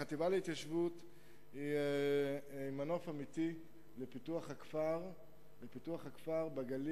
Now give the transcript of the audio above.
החטיבה להתיישבות היא מנוף אמיתי לפיתוח הכפר בגליל,